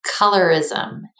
colorism